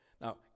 Now